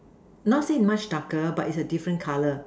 not say much much darker but is a different color